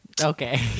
Okay